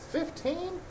Fifteen